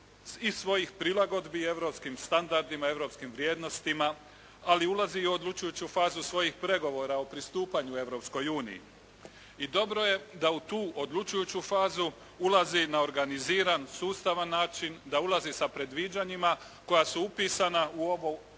i svojih prilagodbi europskim standardima, europskim vrijednostima, ali ulazi i u odlučujuću fazu svojih pregovora o pristupanju Europskoj uniji i dobro je da u tu odlučujuću fazu ulazi na organiziran, sustavan način, da ulazi sa predviđanjima koja su upisana u ovaj